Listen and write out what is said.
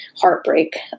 heartbreak